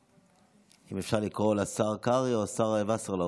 אם אפשר לקרוא לשר קרעי או לשר וסרלאוף,